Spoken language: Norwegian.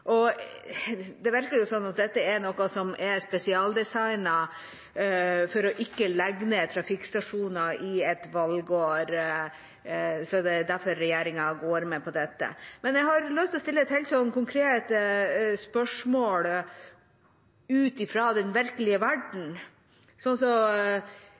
Det virker som om dette er noe som er spesialdesignet for ikke å legge ned trafikkstasjoner i et valgår, at det er derfor regjeringa går med på dette. Jeg har lyst til å stille et helt konkret spørsmål ut fra den virkelige verden. Regjeringa hadde, i starten iallfall, ingen bekymringer for å pålegge et menneske i Finnmark som